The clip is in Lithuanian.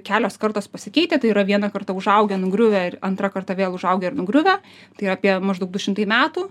kelios kartos pasikeitę tai yra viena karta užaugę nugriuvę ir antra karta vėl užaugę ir nugriuvę tai yra apie maždaug du šimtai metų